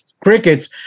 crickets